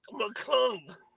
McClung